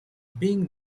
being